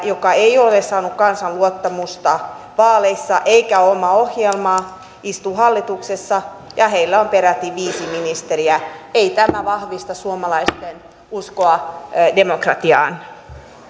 joka ei ole saanut kansan luottamusta vaaleissa ja jolla ei ole omaa ohjelmaa istuu hallituksessa ja heillä peräti viisi ministeriä ei tämä vahvista suomalaisten uskoa demokratiaan